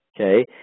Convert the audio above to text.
Okay